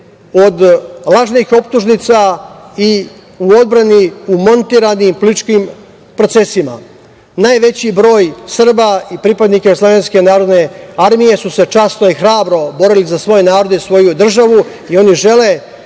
od lažnih optužnica i u odbrani u montiranim političkim procesima. Najveći broj Srba i pripadnika JNA su se časno i hrabro borili za svoj narod i svoju državu i oni žele